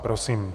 Prosím.